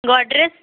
Godrej